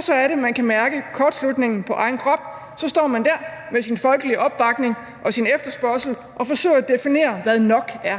Så er det, man kan mærke kortslutningen på egen krop. Så står man der med sin folkelige opbakning og sin efterspørgsel og forsøger at definere, hvad nok er.